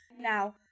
Now